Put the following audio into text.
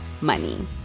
money